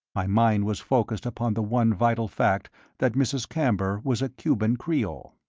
my mind was focussed upon the one vital fact that mrs. camber was a cuban creole.